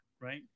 right